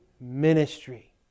ministry